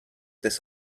this